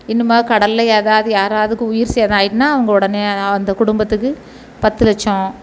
இன்னுமா கடலில் ஏதாவது யாராதுக்கு உயிர் சேதம் ஆகிட்டுன்னா அவங்க உடனே அந்த குடும்பத்துக்கு பத்து லட்சம்